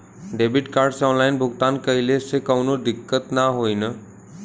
Debit card से online भुगतान कइले से काउनो दिक्कत ना होई न?